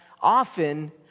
often